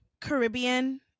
Caribbean